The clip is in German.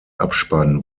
abspann